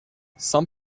some